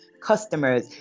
customers